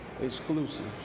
exclusive